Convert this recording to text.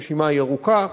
הרשימה ארוכה.